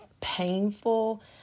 painful